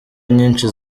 nyinshi